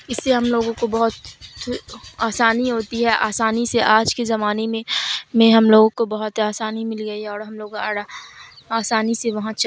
اس سے ہم لوگوں کو بہت آسانی ہوتی ہے آسانی سے آج کے جمانے میں میں ہم لوگوں کو بہت آسانی مل گئی ہے اوڑ ہم لوگ اوڑ آسانی سے وہاں